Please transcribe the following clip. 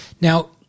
Now